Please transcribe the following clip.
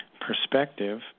perspective